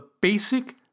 basic